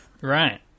Right